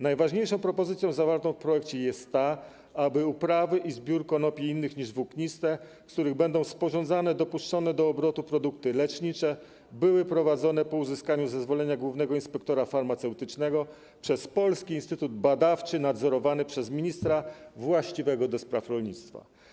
Najważniejszą propozycją zawartą w projekcie jest ta, aby uprawy i zbiór konopi innych niż włókniste, z których będą sporządzane dopuszczone do obrotu produkty lecznicze, były prowadzone po uzyskaniu zezwolenia głównego inspektora farmaceutycznego przez polski instytut badawczy nadzorowany przez ministra właściwego do spraw rolnictwa.